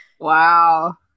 Wow